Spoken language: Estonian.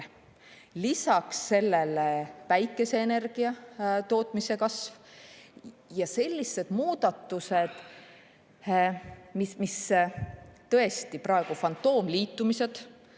lisaks sellele päikeseenergia tootmise kasv ja sellised muudatused, mis tõesti fantoomliitumised